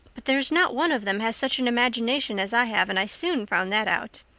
but there's not one of them has such an imagination as i have and i soon found that out.